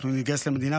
ואנחנו נתגייס למדינה,